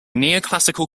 neoclassical